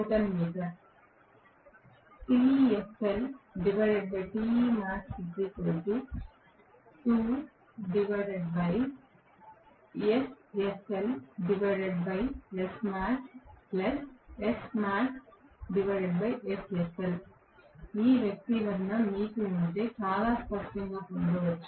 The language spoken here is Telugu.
కాబట్టి ఇప్పుడు ఈ వ్యక్తీకరణ మీకు ఉంటే చాలా స్పష్టంగా పొందవచ్చు